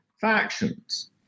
factions